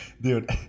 Dude